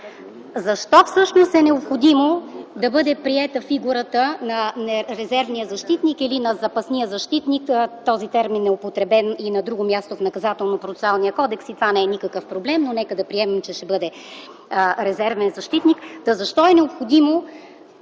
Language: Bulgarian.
Защо всъщност е необходимо да бъде приета фигурата на „резервния защитник” или на „запасния защитник” – този термин е употребен и на друго място в Наказателно-процесуалния кодекс и това не е никакъв проблем, но нека приемем, че ще бъде резервен защитник? Защо е необходимо